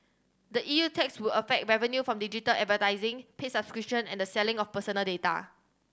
the E U tax would affect revenue from digital advertising paid subscription and the selling of personal data